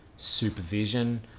Supervision